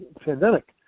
pandemic